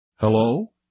Hello